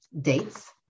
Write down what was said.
dates